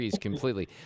completely